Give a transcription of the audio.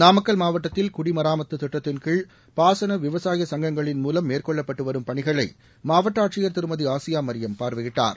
நாமக்கல் மாவட்டத்தில் குடிமராமத்து திட்டத்தின்கீழ் பாசன விவசாய சங்கங்களின் மூலம் மேற்கொள்ளப்பட்டுவரும் பணிகளை மாவட்ட ஆட்சியர் திருமதி ஆசியா மரியம் பார்வையிட்டார்